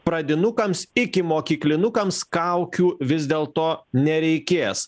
pradinukams ikimokyklinukams kaukių vis dėl to nereikės